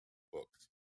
books